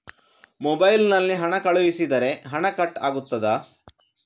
Mobile ನಲ್ಲಿ ಹಣ ಕಳುಹಿಸಿದರೆ ಹಣ ಕಟ್ ಆಗುತ್ತದಾ?